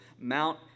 Mount